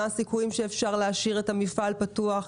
מה הסיכויים שאפשר להשאיר את המפעל פתוח,